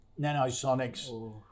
Nanosonics